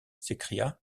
s’écria